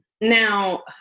Now